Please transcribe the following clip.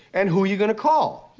and who ya gonna call?